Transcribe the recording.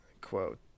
quote